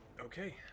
Okay